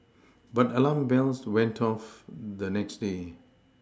but alarm bells went off the next day